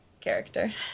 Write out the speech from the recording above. character